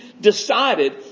decided